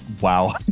wow